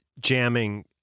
jamming